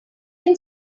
can